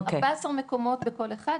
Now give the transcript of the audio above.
יש 14 מקומות בכל אחד,